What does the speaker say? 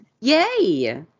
yay